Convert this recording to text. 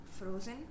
Frozen